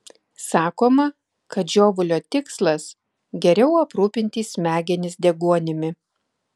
sakoma kad žiovulio tikslas geriau aprūpinti smegenis deguonimi